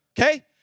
okay